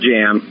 Jam